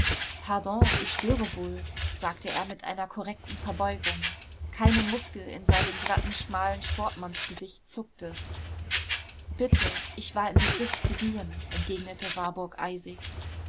pardon ich störe wohl sagte er mit einer korrekten verbeugung keine muskel in seinem glatten schmalen sportmannsgesicht zuckte bitte ich war im begriff zu gehen entgegnete warburg eisig